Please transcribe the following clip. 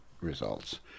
results